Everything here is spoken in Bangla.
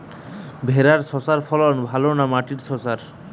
ভেরার শশার ফলন ভালো না মাটির শশার?